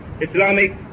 Islamic